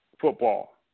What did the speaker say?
football